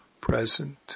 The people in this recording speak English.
present